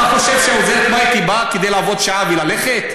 אתה חושב שעוזרת בית באה כדי לעבוד שעה וללכת?